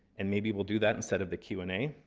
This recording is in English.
and maybe we'll do that instead of the q and a,